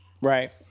Right